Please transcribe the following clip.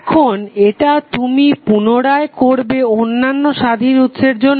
এখন এটা তুমি পুনরায় করবে অন্যান্য স্বাধীন উৎসের জন্য